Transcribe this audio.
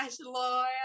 lawyer